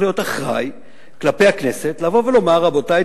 להיות אחראי כלפי הכנסת לבוא ולומר: רבותי,